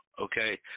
Okay